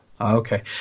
Okay